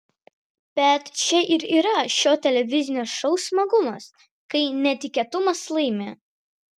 bet čia ir yra šio televizinio šou smagumas kai netikėtumas laimi